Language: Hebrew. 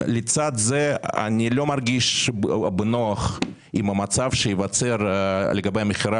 לצד זה אני לא מרגיש בנוח על המצב שייווצר לגבי המכירה